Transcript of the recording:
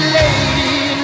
lady